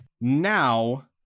Now